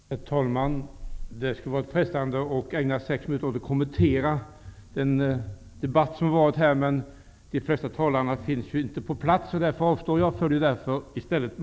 Herr talman! Det skulle vara frestande att ägna sig åt att kommentera den debatt som har varit, men de flesta talare finns inte på plats, så jag avstår.